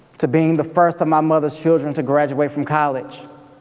to being the first of my mother's children to graduate from college.